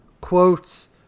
quotes